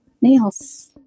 nails